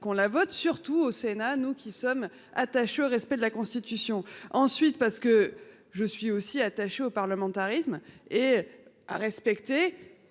qu'on la vote surtout au Sénat, nous qui sommes attachés au respect de la Constitution. Ensuite parce que je suis aussi attachée au parlementarisme et à respecter